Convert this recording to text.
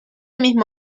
mismo